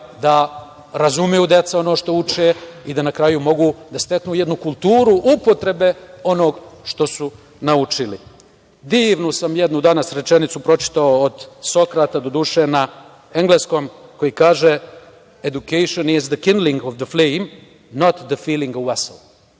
da razumeju deca ono što uče i da na kraju mogu da steknu jednu kulturu upotrebe onog što su naučili. Divnu sam danas jednu rečenicu pročitao od Sokrata, doduše, na engleskom, koji kaže – education is the kindling of the flame, not the filling a vessel.